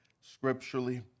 scripturally